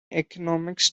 economics